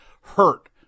hurt